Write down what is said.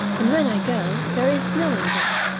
and when i go there is no one there.